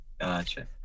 Gotcha